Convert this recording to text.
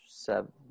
seven